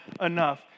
enough